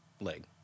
leg